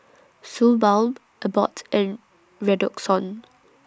Suu Balm Abbott and Redoxon